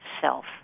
Self